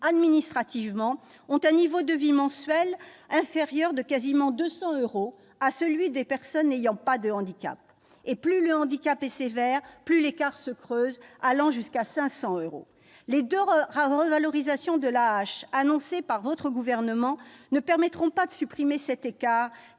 administrativement ont un niveau de vie mensuel inférieur de quasiment 200 euros à celui des personnes n'ayant pas de handicap. Plus le handicap est sévère, plus l'écart se creuse, allant jusqu'à 500 euros. Les deux revalorisations de l'AAH annoncées par le Gouvernement ne permettront pas de supprimer cet écart